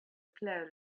cloud